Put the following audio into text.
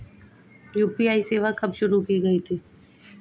UPI सेवा कब शुरू की गई थी?